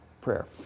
prayer